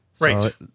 Right